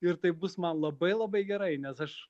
ir tai bus man labai labai gerai nes aš